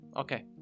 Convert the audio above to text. okay